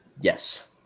Yes